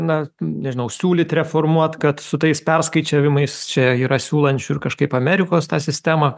na nežinau siūlyt reformuot kad su tais perskaičiavimais čia yra siūlančių ir kažkaip amerikos tą sistemą